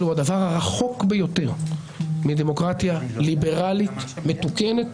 הוא הדבר הרחוק ביותר מדמוקרטיה ליברלית מתוקנת,